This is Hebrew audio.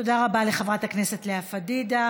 תודה רבה לחברת הכנסת לאה פדידה.